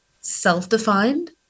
self-defined